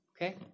Okay